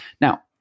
now